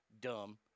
dumb